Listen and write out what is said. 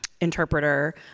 interpreter